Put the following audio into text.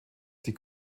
die